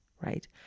right